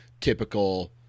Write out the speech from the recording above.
typical